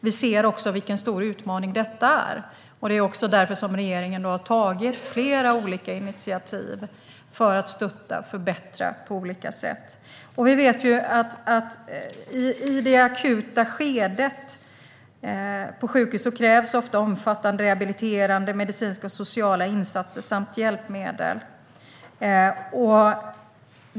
Vi ser också vilken stor utmaning detta är. Det är också därför som regeringen har tagit flera olika initiativ för att stötta och förbättra på olika sätt. Vi vet att i det akuta skedet på sjukhus krävs ofta omfattande rehabiliterande, medicinska och sociala insatser samt hjälpmedel.